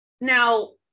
now